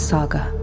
Saga